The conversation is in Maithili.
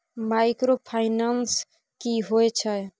माइक्रोफाइनान्स की होय छै?